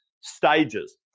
stages